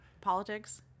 politics